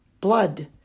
blood